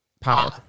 power